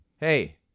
hey